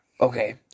Okay